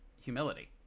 humility